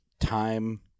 time